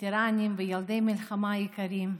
וטרנים וילדי מלחמה יקרים,